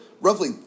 roughly